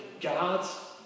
God's